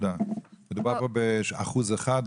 מדובר פה באחוז אחד,